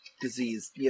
Disease